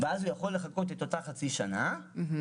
-- ואז הוא יכול לחכות חצי שנה בזמן